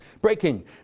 Breaking